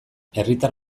herritar